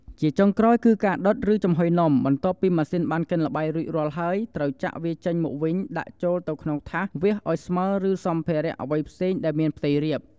ជាចុងក្រោយ គឺការដុត ឬចំហុយនំ បន្ទាប់ពីម៉ាស៊ីនបានកិនល្បាយរួចរាល់ហើយ ត្រូវចាក់វាចេញមកវិញដាក់ចូលទៅក្នុង ថាស វាសឱ្យស្មើ ឬសំភារៈអ្វីផ្សេងដែលមានផ្ទៃរាប។